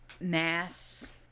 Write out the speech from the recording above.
mass